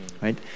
right